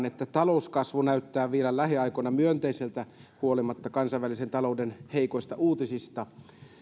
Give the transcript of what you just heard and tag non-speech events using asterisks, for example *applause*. *unintelligible* että talouskasvu näyttää vielä lähiaikoina myönteiseltä huolimatta kansainvälisen talouden heikoista uutisista